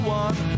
one